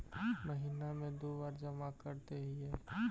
महिना मे दु बार जमा करदेहिय?